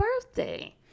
birthday